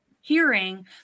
hearing